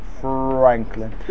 FRANKLIN